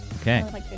Okay